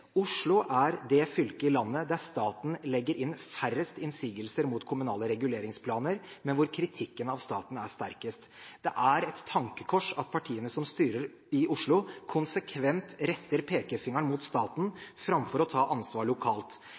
Oslo er det fylket i landet der staten legger inn færrest innsigelser mot kommunale reguleringsplaner, men hvor kritikken av staten er sterkest. Det er et tankekors at partiene som styrer i Oslo, konsekvent retter pekefingeren mot staten framfor å ta ansvar lokalt.